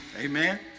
Amen